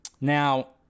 Now